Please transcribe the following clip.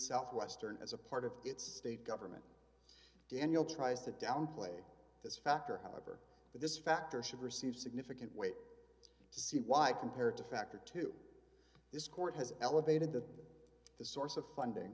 southwestern as a part of its state government daniel tries to downplay this factor however this factor should receive significant weight to see why compared to factor to this court has elevated the source of funding